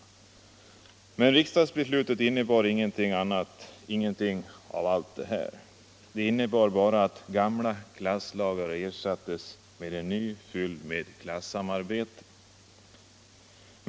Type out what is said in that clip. Men dagens riksdagsbeslut innebar emellertid ingenting av allt detta. Det innebar bara att gamla klasslagar ersattes av en ny, fylld med klasssamarbete.